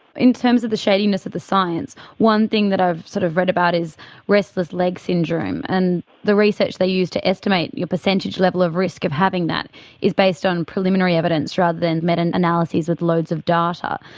in terms of the shadiness of the science, one thing that i've sort of read about is restless leg syndrome, and the research they used to estimate your percentage level of risk of having that is based on preliminary evidence rather than meta-analyses with loads of data.